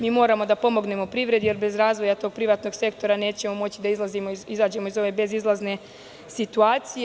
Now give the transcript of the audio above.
Moramo da pomognemo privredi, jer bez razvoja tog privatnog sektora nećemo moći da izađemo iz ove bezizlazne situacije.